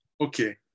Okay